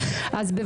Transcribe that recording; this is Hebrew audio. אפילו זה לא הוצע.